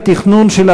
יודע,